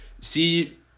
See